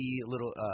little